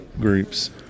groups